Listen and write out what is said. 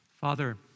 Father